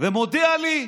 ומודיע לי,